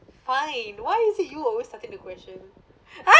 fine why is it you always starting the question